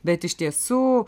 bet iš tiesų